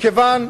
מכיוון,